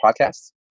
podcasts